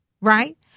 right